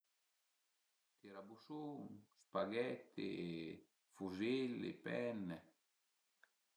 Tirabusun, spaghetti, fusilli, penne